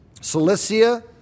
Cilicia